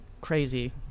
crazy